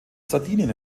sardinien